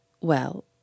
Well